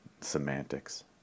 Semantics